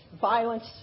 violence